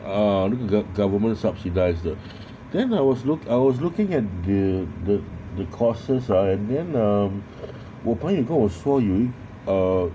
uh 那个 gov~ government subsidize 的 then I was look I was looking at the the the courses ah then um 我朋友跟我说有一 uh